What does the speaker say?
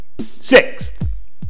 Sixth